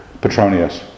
Petronius